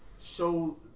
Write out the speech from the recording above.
show